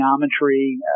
geometry